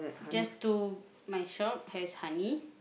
just two my shop has honey